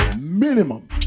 Minimum